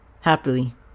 happily